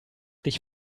dich